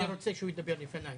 אני רוצה שהוא ידבר לפניי.